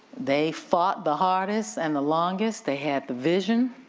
they fought the hardest and the longest, they had the vision.